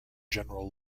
general